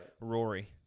Rory